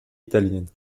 italiennes